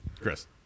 Chris